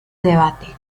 debate